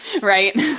Right